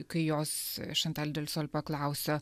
kai jos šantal delsol paklausė